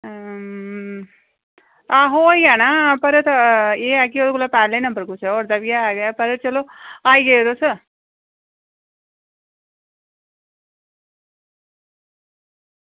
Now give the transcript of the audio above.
अं आहो होई जाना पर एह् ऐ की ओह्दे कोला पैह्लें नंबर होर कुसै दा बी ऐहा पर चलो आई जायो तुस